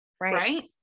Right